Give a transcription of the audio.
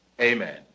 Amen